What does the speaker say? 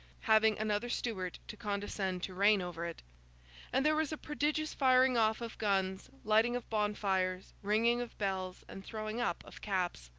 having another stuart to condescend to reign over it and there was a prodigious firing off of guns, lighting of bonfires, ringing of bells, and throwing up of caps.